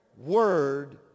word